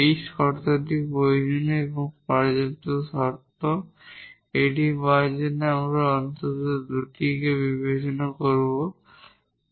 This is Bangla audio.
এই শর্তটি প্রয়োজনীয় এবং পর্যাপ্ত শর্তI এটি পাওয়ার জন্য আমরা অন্তত এই দুটিকে বিবেচনা করেছি